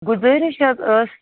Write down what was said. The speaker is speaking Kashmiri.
گُزٲرِش حظ ٲس